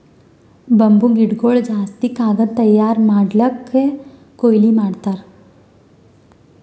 bamboo ಗಿಡಗೊಳ್ ಜಾಸ್ತಿ ಕಾಗದ್ ತಯಾರ್ ಮಾಡ್ಲಕ್ಕೆ ಕೊಯ್ಲಿ ಮಾಡ್ತಾರ್